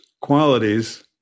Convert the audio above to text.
qualities